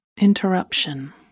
interruption